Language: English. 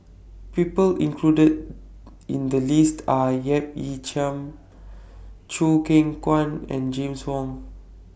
The People included in The list Are Yap Ee Chian Choo Keng Kwang and James Wong